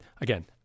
again